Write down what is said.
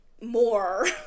more